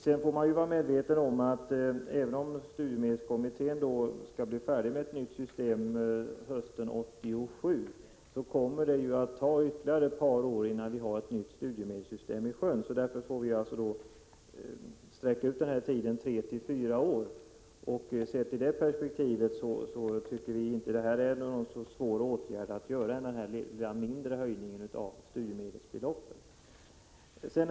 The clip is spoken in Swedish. Man får vara medveten om att även om studiemedelskommittén skall vara färdig med förslag till ett nytt system hösten 1987, kommer det att ta ytterligare ett par år innan vi har satt ett nytt studiemedelssystem i sjön. Därför får vi sträcka ut tiden till tre-fyra år. Sett ur det perspektivet tycker vi inte att denna mindre höjning av studiemedelsbeloppet är någon svår åtgärd.